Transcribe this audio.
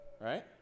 right